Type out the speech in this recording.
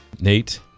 Nate